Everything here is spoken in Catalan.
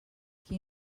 qui